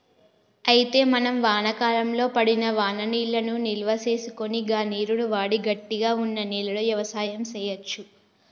అయితే మనం వానాకాలంలో పడిన వాననీళ్లను నిల్వసేసుకొని గా నీరును వాడి గట్టిగా వున్న నేలలో యవసాయం సేయచ్చు